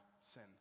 sin